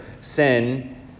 sin